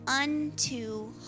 unto